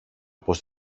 πως